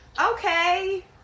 okay